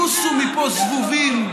נוסו מפה זבובים,